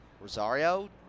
Rosario